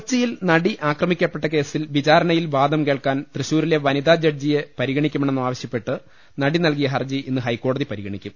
കൊച്ചിയിൽ നടി ആക്രമിക്കപ്പെട്ട കേസിൽ വിചാരണയിൽ വാദം കേൾക്കാൻ തൃശൂരിലെ വനിതാ ജഡ്ജിയെ പരിഗണിക്ക ണമെന്നാവശ്യ പ്പെട്ട് നടി നൽകിയ ഹർജി ഇന്ന് ഹൈക്കോടതി പരിഗണിക്കും